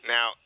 Now